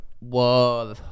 Whoa